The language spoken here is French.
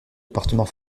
département